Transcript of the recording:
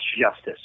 justice